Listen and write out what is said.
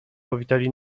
powitali